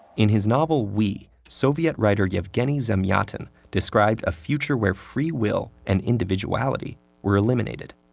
in his novel we, soviet writer yevgeny zamyatin described a future where free will and individuality were eliminated.